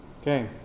Okay